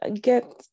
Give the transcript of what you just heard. get